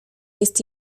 jest